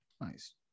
Nice